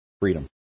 freedom